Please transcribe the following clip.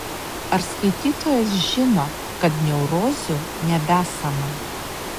ar skaitytojas žino kad neurozių nebesama